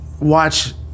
watch